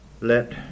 Let